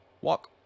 walk